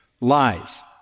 lies